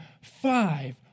five